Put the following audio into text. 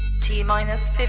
T-minus